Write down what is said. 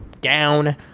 down